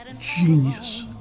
genius